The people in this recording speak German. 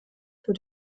für